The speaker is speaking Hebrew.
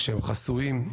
שהם חסויים,